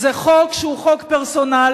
זה חוק שהוא חוק פרסונלי,